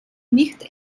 nicht